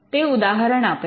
તે ઉદાહરણ આપે છે